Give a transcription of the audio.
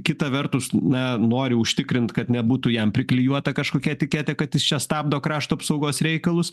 kita vertus na noriu užtikrinti kad nebūtų jam priklijuota kažkokia etiketė kad jis čia stabdo krašto ir apsaugos reikalus